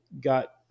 got